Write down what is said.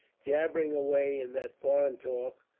jabbering away in that foreign talk,